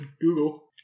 Google